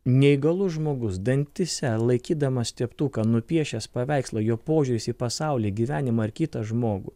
neįgalus žmogus dantyse laikydamas teptuką nupiešęs paveikslą jo požiūris į pasaulį gyvenimą ar kitą žmogų